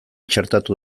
txertatu